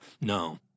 No